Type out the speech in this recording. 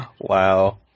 Wow